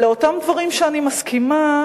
לאותם דברים שאני מסכימה,